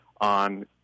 on –